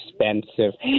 expensive